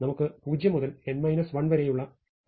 നമുക്ക് 0 മുതൽ n 1 വരെയുള്ള ഒരു അറേ ഉണ്ട്